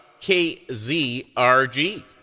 KZRG